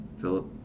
philip